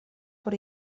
por